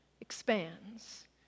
expands